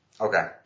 Okay